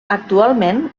actualment